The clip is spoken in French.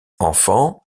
enfant